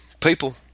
people